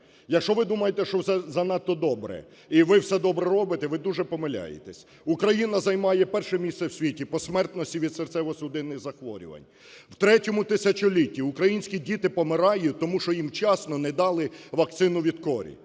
Якщо ви думаєте, що все занадто добре і ви все добре робите, ви дуже помиляєтесь. Україна займає перше місце в світі по смертності від серцево-судинних захворювань. В ІІІ тисячолітті українські діти помирають, тому що їм вчасно не дали вакцину від кору.